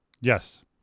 Yes